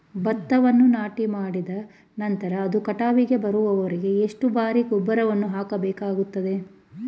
ಭತ್ತವನ್ನು ನಾಟಿಮಾಡಿದ ನಂತರ ಅದು ಕಟಾವಿಗೆ ಬರುವವರೆಗೆ ಎಷ್ಟು ಬಾರಿ ಗೊಬ್ಬರವನ್ನು ಹಾಕಬೇಕಾಗುತ್ತದೆ?